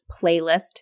playlist